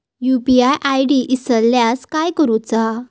UPI ID इसरल्यास काय करुचा?